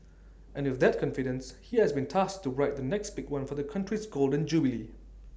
and with that confidence he has been tasked to write the next big one for the Country's Golden Jubilee